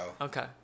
Okay